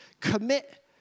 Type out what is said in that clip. commit